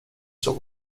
suo